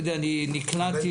אני נקלעתי ---.